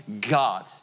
God